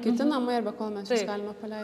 kiti namai arba kol mes juos galime palei